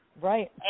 Right